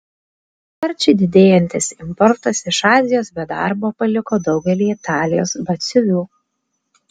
sparčiai didėjantis importas iš azijos be darbo paliko daugelį italijos batsiuvių